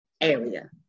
area